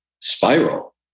spiral